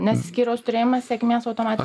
nes skyriaus turėjimas sėkmės automat